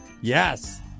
Yes